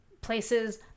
places